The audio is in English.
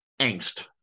angst